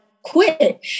quit